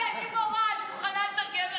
אני מורה, אני מוכנה לתרגם לך.